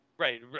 Right